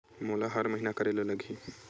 मोला हर महीना करे ल लगही?